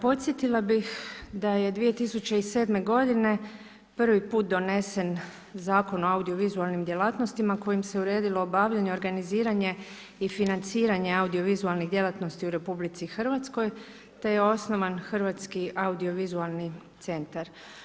Podsjetila bih da je 2007. g. prvi put donesen Zakon o audiovizualnim djelatnostima, kojim se odredilo obavljanje, organiziranje i financiranje audiovizualni djelatnosti u RH, te je osnovan Hrvatski audiovizualni centar.